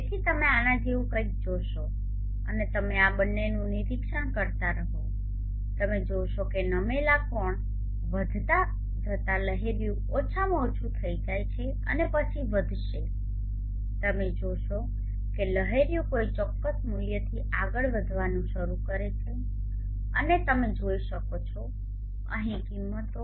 તેથી તમે આના જેવું કંઈક જોશો અને તમે આ બંનેનું નિરીક્ષણ કરતા રહો તમે જોશો કે નમેલા કોણ વધતા જતા લહેરિયું ઓછામાં ઓછું થઈ જાય છે અને પછી વધશે તમે જોશો કે લહેરિયું કોઈ ચોક્કસ મૂલ્યથી આગળ વધવાનું શરૂ કરે છે અને તમે જોઈ શકો છો અહીં કિંમતો